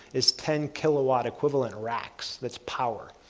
is ten kilowatt equivalent ranks. that's power.